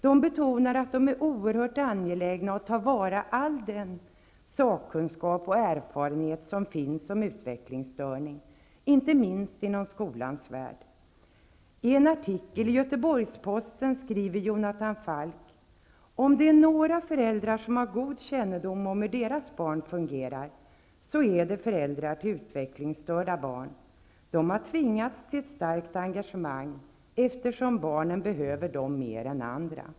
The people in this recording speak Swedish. De betonar att de är oerhört angelägna att ta till vara all den sakkunskap och erfarenhet som finns om utvecklingsstörning, inte minst inom skolans värld. I en artikel i Göteborgs-Posten skriver Jonathan Falck: ''Om det är några föräldrar som har god kännedom om hur deras barn fungerar så är det föräldrar till utvecklingsstörda barn.'' De har tvingats till ett starkt engagemang, eftersom barnen behöver dem mer än andra.